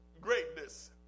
greatness